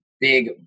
big